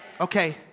Okay